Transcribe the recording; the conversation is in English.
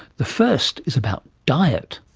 the first is about diet.